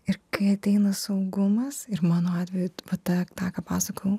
ir kai ateina saugumas ir mano atveju po ta tą ką pasakojau